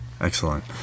excellent